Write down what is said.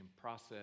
process